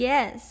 Yes